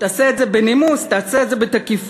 תעשה את זה בנימוס, תעשה את זה בתקיפות.